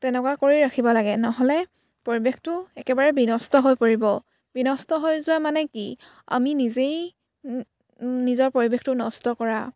তেনেকুৱা কৰি ৰাখিব লাগে নহ'লে পৰিৱেশটো একেবাৰে বিনষ্ট হৈ পৰিব বিনষ্ট হৈ যোৱা মানে কি আমি নিজেই নিজৰ পৰিৱেশটো নষ্ট কৰা